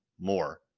more